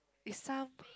it's some